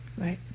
Right